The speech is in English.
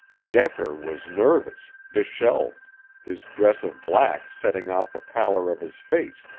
decker was nervous, disheveled, his dress of black setting off the pallor of his face,